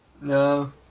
No